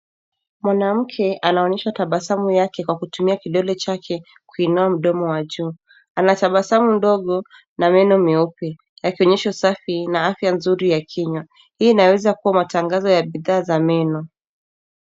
Mwanamke anaonyesha tabasamu yake kwa kutumia kidole chake kuinuoa mdomo wa juu. Ana tabasamu ndogo na meno meupe, akionyesha usafi na afya nzuri ya kinywa. Hii inawezakuwa matangazo ya bidhaa za meno.